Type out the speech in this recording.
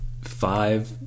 five